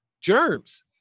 germs